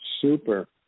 Super